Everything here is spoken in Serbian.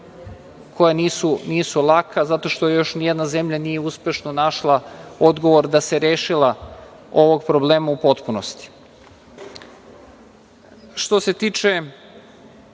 koja nisu laka zato što još nijedna zemlja nije uspešno našla odgovor da se rešila ovog problema u potpunosti. Bilo